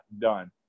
done